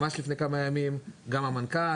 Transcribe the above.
ממש לפני כמה ימים, גם המנכ"ל.